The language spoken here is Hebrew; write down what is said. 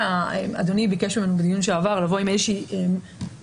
אדוני ביקש מאיתנו בדיון הקודם לבוא עם איזשהו מנגנון,